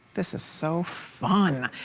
this is so fun!